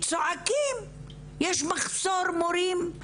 צועקים שיש מחסור במורים,